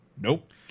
Nope